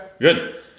good